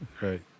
right